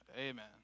amen